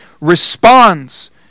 responds